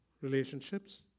relationships